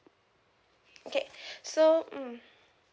okay so mm